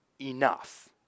enough